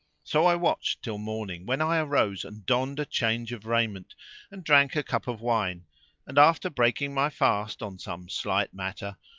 so i watched till morning, when i arose and donned a change of raiment and drank a cup of wine and, after breaking my fast on some slight matter,